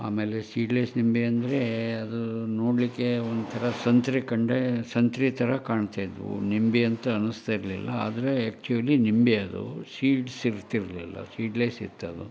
ಆಮೇಲೆ ಸೀಡ್ಲೆಸ್ ನಿಂಬೆ ಅಂದರೆ ಅದು ನೋಡಲಿಕ್ಕೆ ಒಂಥರ ಸಂತ್ರೆ ಕಂಡರೆ ಸಂತ್ರೆ ಥರ ಕಾಣ್ತಿದ್ವು ನಿಂಬೆ ಅಂತ ಅನ್ನಿಸ್ತಾ ಇರಲಿಲ್ಲ ಆದರೆ ಆ್ಯಕ್ಟುಲಿ ನಿಂಬೆ ಅದು ಸೀಡ್ಸ್ ಇರ್ತಿರಲಿಲ್ಲ ಸೀಡ್ಲೆಸ್ ಇತ್ತದು